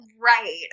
Right